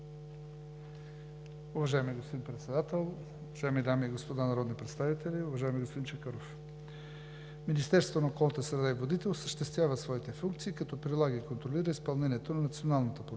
Уважаеми господин Председател, уважаеми дами и господа народни представители! Уважаеми господин Чакъров, Министерството на околната среда и водите осъществява своите функции, като прилага и контролира изпълнението на националната политика